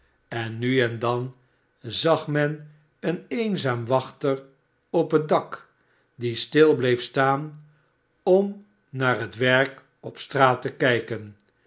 en nu en dan zag men een eenzamen wachter op het dak die stil bleef staan om naar het werk op straat te kijken